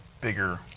bigger